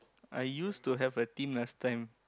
I used to have a team last time